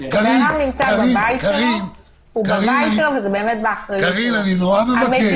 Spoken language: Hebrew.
הוא בביתו, זה באחריותו.